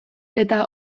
eta